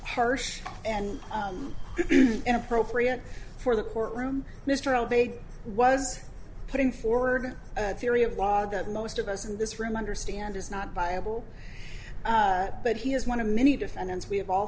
harsh and inappropriate for the courtroom mr obaid was putting forward a theory of law that most of us in this room understand is not buyable but he is one of many defendants we have all